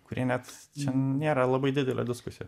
kurie net čia nėra labai didelė diskusija